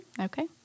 Okay